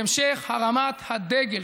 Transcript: בהמשך הרמת הדגל,